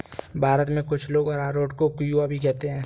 भारत में कुछ लोग अरारोट को कूया भी कहते हैं